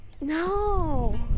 no